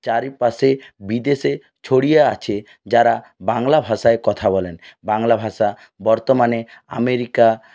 চারিপাশে বিদেশে ছড়িয়ে আছে যারা বাংলা ভাষায় কথা বলেন বাংলা ভাষা বর্তমানে আমেরিকা